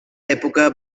època